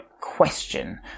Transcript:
question